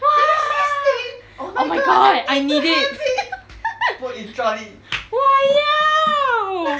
!whoa! oh my god I need it 我要